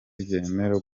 ryemera